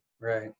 Right